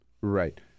Right